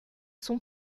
son